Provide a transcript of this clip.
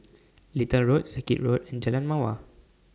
Little Road Circuit Road and Jalan Mawar